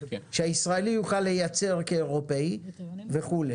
שהישראלי יוכל לייצר כאירופאי וכו'.